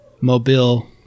Mobile